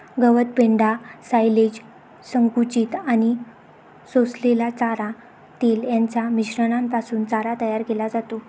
गवत, पेंढा, सायलेज, संकुचित आणि सोललेला चारा, तेल यांच्या मिश्रणापासून चारा तयार केला जातो